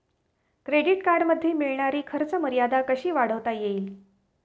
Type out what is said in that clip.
Credit कार्डमध्ये मिळणारी खर्च मर्यादा कशी वाढवता येईल?